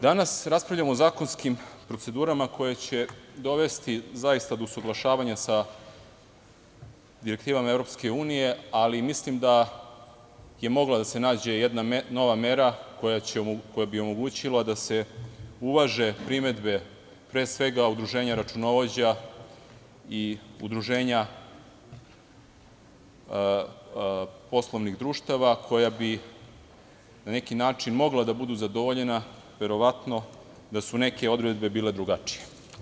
Danas raspravljamo o zakonskim procedurama koje će zaista dovesti do usaglašavanja sa direktivama EU, ali mislim da je mogla da se nađe jedna nova mera koja bi omogućila da se uvaže primedbe, pre svega udruženja računovođa i udruženja poslovnih društava, koja bi, na neki način, mogla da budu zadovoljena, verovatno, da su neke odredbe bile drugačije.